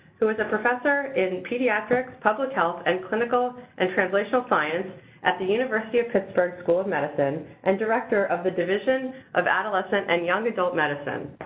who is a professor in pediatrics, public health, and clinical and translational science at the university of pittsburgh school of medicine and director of the division of adolescent and young adult medicine,